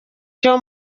cyo